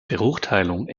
verurteilung